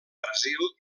brasil